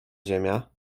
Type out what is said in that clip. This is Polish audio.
ziemia